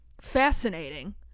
fascinating